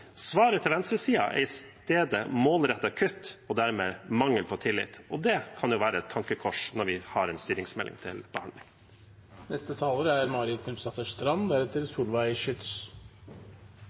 Svaret til venstresiden er i stedet målrettede kutt, og dermed mangel på tillit. Det kan være et tankekors når vi har en styringsmelding til behandling. Til siste taler